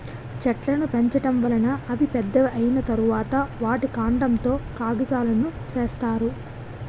చెట్లును పెంచడం వలన అవి పెద్దవి అయ్యిన తరువాత, వాటి కాండం తో కాగితాలును సేత్తారు